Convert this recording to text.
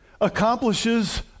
accomplishes